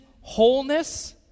wholeness